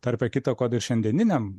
tarpe kita ko da ir šiandieniniam